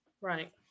Right